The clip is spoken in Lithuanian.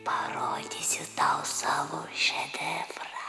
parodysiu tau savo šedevrą